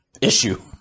issue